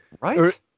Right